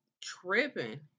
tripping